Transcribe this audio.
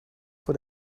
voor